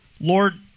Lord